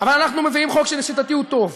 אבל אנחנו מביאים חוק שלשיטתי הוא טוב.